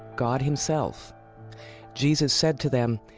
god himself jesus said to them,